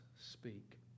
speak